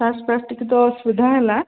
first fast ଟିକେ ତ ଅସୁବିଧା ହେଲା